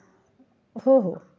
हो हो